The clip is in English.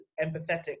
empathetic